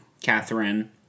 Catherine